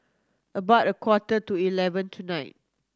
about a quarter to eleven tonight